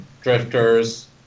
Drifters